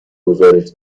گزارش